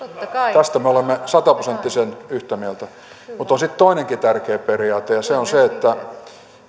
tästä me olemme sataprosenttisen yhtä mieltä mutta on sitten toinenkin tärkeä periaate ja se on se että